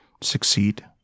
succeed